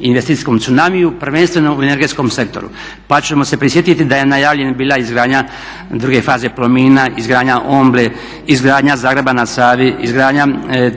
investicijskom tsunami prvenstveno u energetskom sektoru. Pa ćemo se prisjetiti da je najavljena bila izgradnja druge faze Plomina, izgradnja Omble, izgradnja Zagreba na Savi, izgradnja